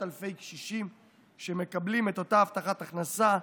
אלפי קשישים שמקבלים את אותה הבטחת הכנסה,